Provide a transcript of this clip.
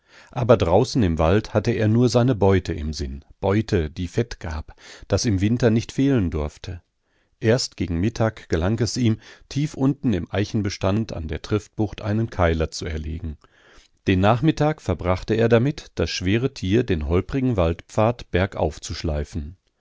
aber draußen im wald hatte er nur seine beute im sinn beute die fett gab das im winter nicht fehlen durfte erst gegen mittag gelang es ihm tief unten im eichenbestand an der triftbucht einen keiler zu erlegen den nachmittag verbrachte er damit das schwere tier den holprigen waldpfad bergauf